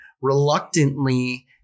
reluctantly